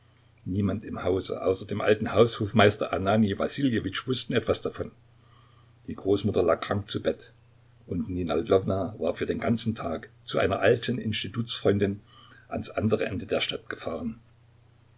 niemand im hause außer dem alten haushofmeister ananij wassiljewitsch wußte etwas davon die großmutter lag krank zu bett und nina ljwowna war für den ganzen tag zu einer alten institutsfreundin ans andere ende der stadt gefahren